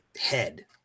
head